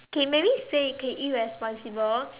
K maybe say K irresponsible